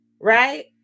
right